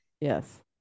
yes